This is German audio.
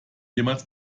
jemals